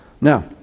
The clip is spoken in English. Now